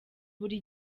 buri